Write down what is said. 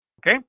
Okay